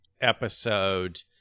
episode